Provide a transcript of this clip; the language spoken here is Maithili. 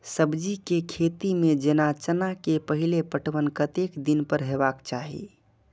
सब्जी के खेती में जेना चना के पहिले पटवन कतेक दिन पर हेबाक चाही?